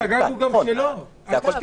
חבר'ה, הגג הוא גם שלו, אל תשכחו.